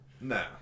Nah